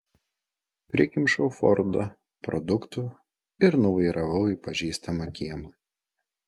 prikimšau fordą produktų ir nuvairavau į pažįstamą kiemą